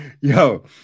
yo